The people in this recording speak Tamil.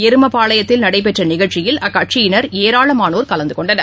எருமபாளையத்தில் நடைபெற்றநிகழ்ச்சியில் அக்கட்சியினர் ஏராளமானோர் கலந்துகொண்டனர்